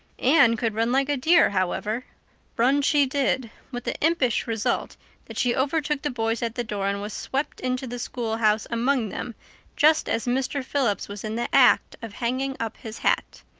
anne could run like a deer, however run she did with the impish result that she overtook the boys at the door and was swept into the schoolhouse among them just as mr. phillips was in the act of hanging up his hat.